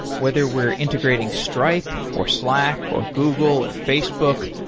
whether we're integrating stripe, or slack, or google, or facebook,